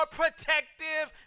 protective